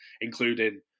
including